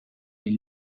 les